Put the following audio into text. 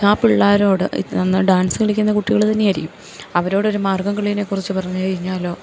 ആ പിള്ളേരോട് ഡാൻസ് കളിക്കുന്ന കുട്ടികള് തന്നെയായിരിക്കും അവരോട് ഒരു മാർഗ്ഗം കളിനെക്കുറിച്ച് പറഞ്ഞു കഴിഞ്ഞാലോ